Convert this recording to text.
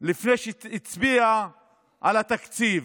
לפני שהצביע על התקציב.